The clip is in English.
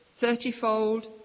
thirtyfold